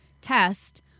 test